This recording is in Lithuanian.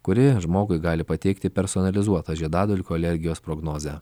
kuri žmogui gali pateikti personalizuotą žiedadulkių alergijos prognozę